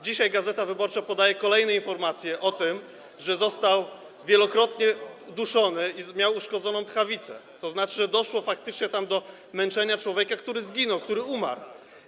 Dzisiaj „Gazeta Wyborcza” podaje kolejne informacje, tym razem o tym, że był on wielokrotnie duszony i miał uszkodzoną tchawicę, tzn. że doszło tam faktycznie do męczenia człowieka, który zginął, który umarł.